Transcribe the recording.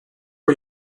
are